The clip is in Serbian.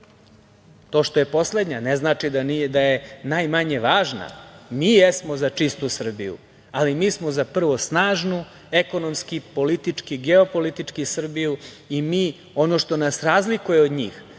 To što je poslednja, ne znači da je najmanje važna. Mi jesmo za čistu Srbiju, ali mi smo za, prvo, snažnu ekonomski, politički, geopolitički Srbiju i ono što nas razlikuje od njih,